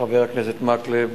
חבר הכנסת מקלב.